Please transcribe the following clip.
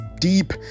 deep